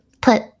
put